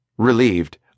Relieved